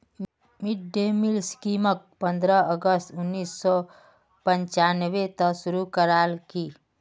mid day meal स्कीमक पंद्रह अगस्त उन्नीस सौ पंचानबेत शुरू करयाल की